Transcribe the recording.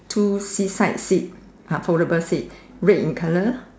two sea side seats are foldable seat red in colour